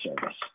service